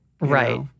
Right